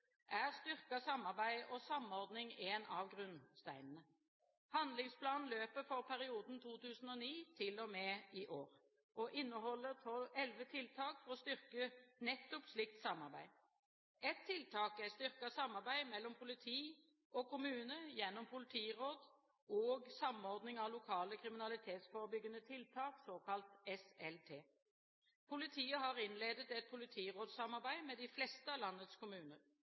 samarbeid og samordning én av grunnsteinene. Handlingsplanen løper for perioden 2009 til og med i år, og inneholder elleve tiltak for å styrke nettopp et slikt samarbeid. Ett tiltak er styrket samarbeid mellom politi og kommune gjennom politiråd og Samordning av Lokale kriminalitetsforebyggende Tiltak, såkalt SLT. Politiet har innledet et politirådssamarbeid med de fleste av landets kommuner.